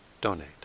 donate